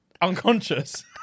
unconscious